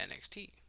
NXT